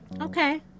Okay